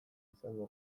izango